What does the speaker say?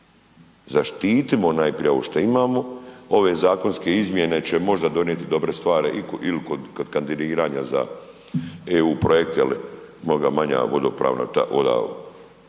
Zaštitimo najprije ovo što imamo, ove zakonske izmjene će možda donijeti dobre stvari ili kod kandidiranja za EU projekte jer mnoga manja vodopravna područja